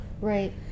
right